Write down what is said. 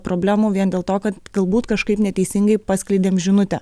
problemų vien dėl to kad galbūt kažkaip neteisingai paskleidėm žinutę